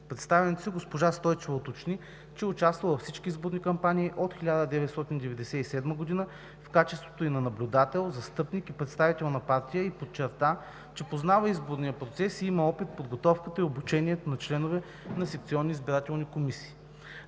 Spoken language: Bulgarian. представянето си госпожа Стойчева уточни, че е участвала във всички изборни кампании от 1997 г. в качеството ѝ на наблюдател, застъпник и представител на партия и подчерта, че познава изборния процес и има опит в подготовката и обучението на членове на секционни избирателни комисии.